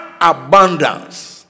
abundance